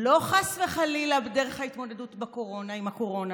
לא חס וחלילה דרך ההתמודדות עם הקורונה,